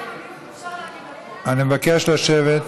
אני מבקש לשבת,